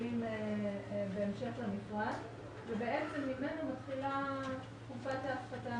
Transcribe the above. בהמשך למכרז ובעצם ממנו מתחילה תקופת ההפחתה,